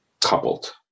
coupled